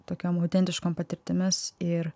tokiom autentiškom patirtimis ir